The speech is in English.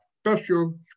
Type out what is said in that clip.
special